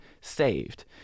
saved